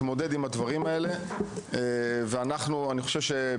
אז יש דרכים רבות בהן ניתן להתמודד עם הנושא הזה ואני חושב שבראשותך,